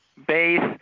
base